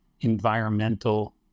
environmental